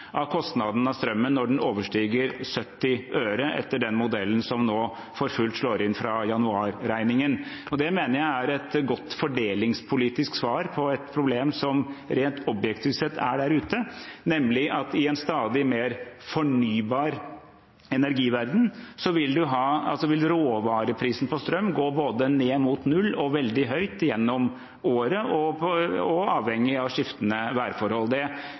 av kostnaden av strømmen når den overstiger 70 øre, etter den modellen som slår inn for fullt fra januar-regningen. Det mener jeg er et godt fordelingspolitisk svar på et problem som rent objektivt sett er der ute, nemlig at i en stadig mer fornybar energiverden vil råvareprisen på strøm gå både ned mot null og veldig høyt gjennom året, avhengig av skiftende værforhold. Det